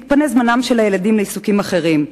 מתפנה זמנם של הילדים לעיסוקים אחרים.